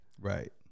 Right